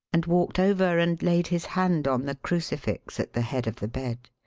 and walked over and laid his hand on the crucifix at the head of the bed.